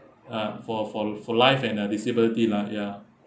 uh for for for life and uh disability lah ya